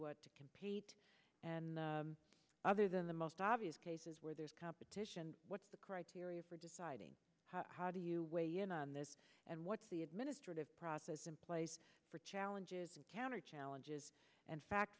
compete and other than the most obvious cases where there's competition what's the criteria for deciding how do you weigh in on this and what's the administrative process in place for challenges encountered challenges and fact